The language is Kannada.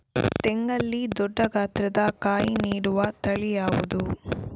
ತೆಂಗಲ್ಲಿ ದೊಡ್ಡ ಗಾತ್ರದ ಕಾಯಿ ನೀಡುವ ತಳಿ ಯಾವುದು?